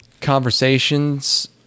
conversations